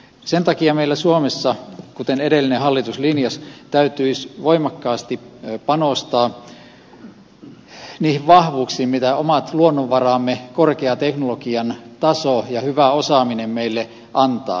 sen takia meillä suomessa kuten edellinen hallitus linjasi täytyisi voimakkaasti panostaa niihin vahvuuksiin mitä omat luonnonvaramme korkea teknologian taso ja hyvä osaaminen meille antavat